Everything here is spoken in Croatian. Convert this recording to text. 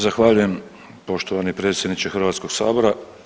Zahvaljujem poštovani predsjedniče Hrvatskog sabora.